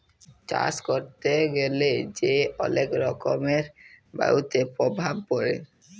চাষ ক্যরতে গ্যালা যে অলেক রকমের বায়ুতে প্রভাব পরে